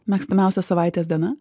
mėgstamiausia savaitės diena